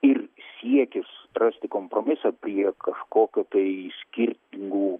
ir siekis rasti kompromisą prie kažkokio tai skirtingų